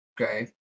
Okay